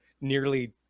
nearly